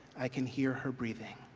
i can hear her breathing.